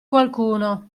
qualcuno